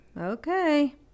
Okay